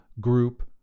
group